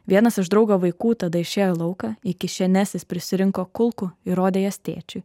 vienas iš draugo vaikų tada išėjo į lauką į kišenes jis prisirinko kulkų ir rodė jas tėčiui